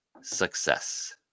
success